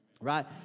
right